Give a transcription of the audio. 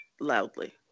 loudly